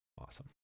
Awesome